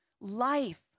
Life